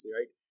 right